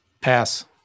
Pass